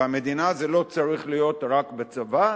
והמדינה זה לא צריך להיות רק בצבא.